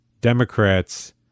Democrats